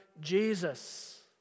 Jesus